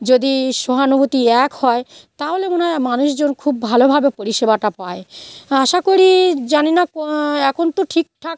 যদি সহানুভূতি এক হয় তাহলে মনে হয় মানুষজন খুব ভালোভাবে পরিষেবাটা পায় আশা করি জানি না কো এখন তো ঠিকঠাক